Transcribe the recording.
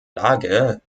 lage